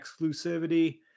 exclusivity